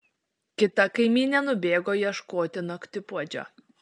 kita kaimynė nubėgo ieškoti naktipuodžio